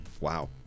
Wow